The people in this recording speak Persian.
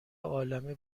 عالمه